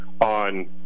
on